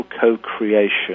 co-creation